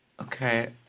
Okay